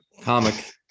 comic